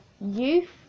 youth